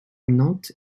nantes